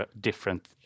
different